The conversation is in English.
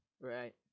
Right